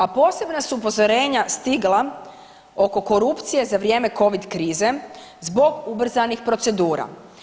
A posebna su upozorenja stigla oko korupcije za vrijeme Covid krize zbog ubrzanih procedura.